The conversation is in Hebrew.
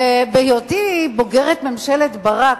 ובהיותי בוגרת ממשלת ברק,